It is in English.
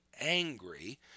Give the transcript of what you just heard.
angry